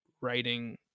writing